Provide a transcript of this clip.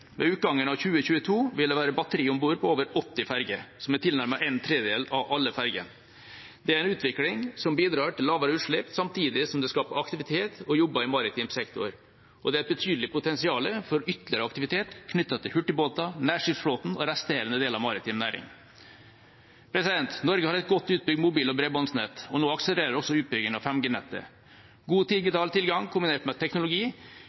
Ved utgangen av 2022 vil det være batteri om bord på over 80 ferger, som er tilnærmet en tredjedel av alle fergene. Det er en utvikling som bidrar til lavere utslipp, samtidig som det skaper aktivitet og jobber i maritim sektor. Det er et betydelig potensial for ytterligere aktivitet knyttet til hurtigbåter, nærskipsflåten og resterende del av maritim næring. Norge har et godt utbygd mobil- og bredbåndsnett, og nå akselerer også utbyggingen av 5G-nettet. God digital tilgang kombinert med ny teknologi